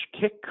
kick